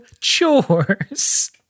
chores